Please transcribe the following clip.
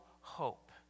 hope